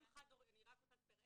אני רק רוצה לספר,